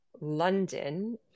London